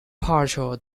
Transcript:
patrol